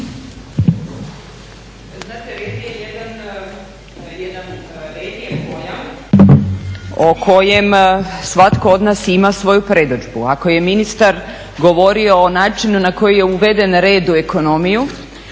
nije uključena./ … o kojem svatko od nas ima svoju predodžbu. Ako je ministar govorio o načinu na koji je uveden red u ekonomiju